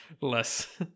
less